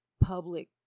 public